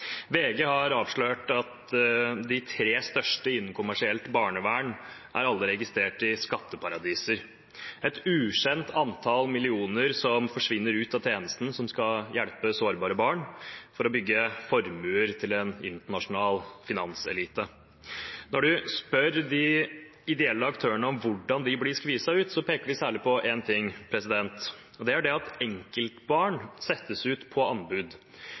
VG har avslørt at de tre største innen kommersielt barnevern er alle registrert i skatteparadiser. Et ukjent antall millioner kroner forsvinner ut av tjenesten som skal hjelpe sårbare barn, for å bygge formuer til en internasjonal finanselite. Når en spør de ideelle aktørene om hvordan de blir skviset ut, peker de særlig på én ting, og det er det at enkeltbarn settes ut på anbud,